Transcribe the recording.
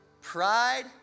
Pride